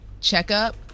checkup